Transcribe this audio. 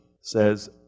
says